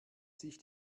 sich